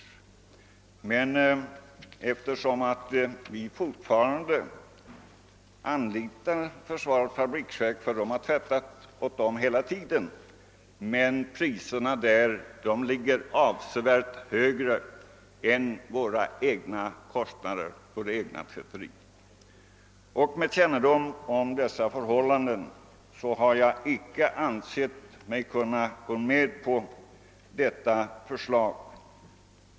Vi anlitar emellertid fortfarande försvarets fabriksverk, eftersom detta hela tiden har handhaft tvätten åt dessa, men priserna ligger avsevärt högre än de kostnader som vi har inom det egna tvätteriet. Med kännedom om dessa förhållanden har jag icke ansett mig kunna tillstyrka Kungl. Maj:ts förslag.